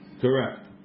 Correct